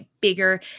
bigger